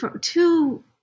two